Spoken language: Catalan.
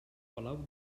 palau